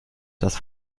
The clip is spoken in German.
das